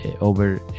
over